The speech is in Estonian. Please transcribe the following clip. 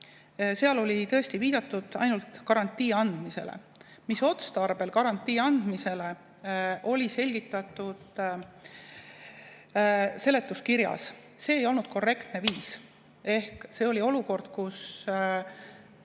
seal oli tõesti viidatud ainult garantii andmisele. Mis otstarbel garantii andmisele, oli selgitatud seletuskirjas. See ei olnud korrektne viis ehk see oli olukord, kus